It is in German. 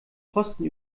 posten